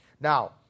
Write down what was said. Now